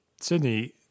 Sydney